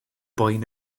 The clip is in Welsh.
boen